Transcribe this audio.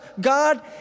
God